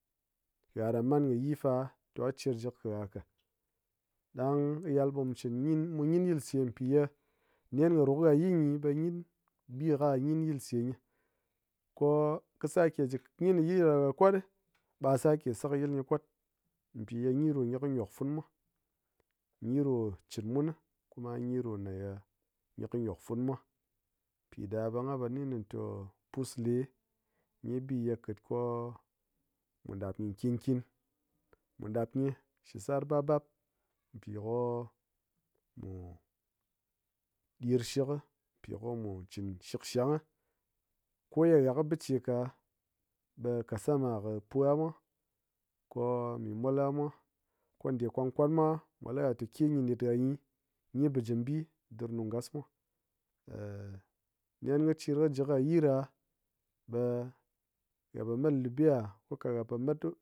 Ha ran man kɨ yi fa ko kɨ cirshik ki ha ka, ɗand mu gyin yilse pi ye nen kɨ ru kɨ ha yii ngyi ɓe gyin bi kɨ ha gyin yilse gyi ko kɨ sake ji gyin yii ɗa ha koɗi, ɓa sake sayil gyi kwat pi gyi ɗo ngyi kɨ ngyok funu mwa, piɗa ɓe ngha po li gyi tɔ pusle gyi bi ye ko-o mu ɗap gyi nkin nkin, mu ɗap gyi shi sar bap bap pi ko mu ɗirshiƙi pi ko mu chin shiksang. koye ha kɨ bicheka ɓe kassama kɨ puhamwa ko mi mwal ha mwa ko nde kwan kwan mwa mwa li ha te ƙe gyi net ha gyi, gyi ɓijim bi dirnu ngas mwa. nen kɨ chir kɨ ji ha yi ɗa ɓe ha po mat libi'a ko kwa ha ma tu